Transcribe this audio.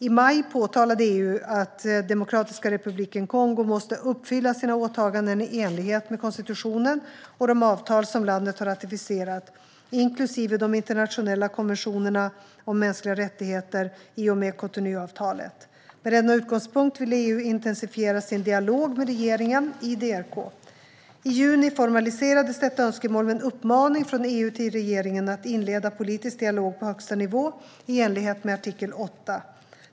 I maj påtalade EU att Demokratiska republiken Kongo måste uppfylla sina åtaganden i enlighet med konstitutionen och de avtal som landet har ratificerat, inklusive de internationella konventionerna om de mänskliga rättigheterna i och med Cotonouavtalet. Med denna utgångspunkt ville EU intensifiera sin dialog med regeringen i DRK. I juni formaliserades detta önskemål med en uppmaning från EU till regeringen om att inleda politisk dialog på högsta nivå, i enlighet med artikel 8.